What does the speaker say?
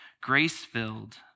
grace-filled